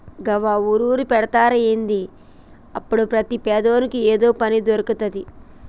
గివ్వి ఊరూరుకు పెడ్తరా ఏంది? గప్పుడు ప్రతి పేదోని ఏదో పని దొర్కుతది